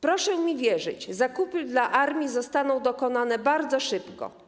Proszę mi wierzyć, że zakupy dla armii zostaną dokonane bardzo szybko.